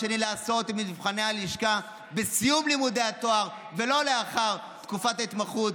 לעשות תמיד את מבחני הלשכה בסיום לימודי התואר ולא לאחר תקופת ההתמחות.